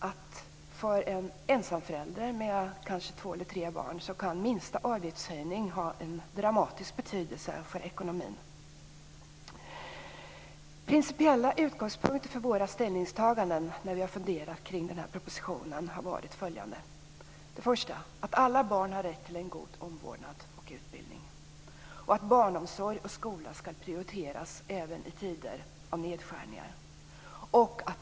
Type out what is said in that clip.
För en ensamförälder med kanske två eller tre barn kan minsta avgiftshöjning ha en dramatisk betydelse för eknomin. Principiella utgångspunkter för våra ställningstaganden när vi har funderat kring propositionen har varit följande. Först och främst har alla barn rätt till en god omvårdnad och utbildning. Barnomsorg och skola skall prioriteras även i tider av nedskärningar.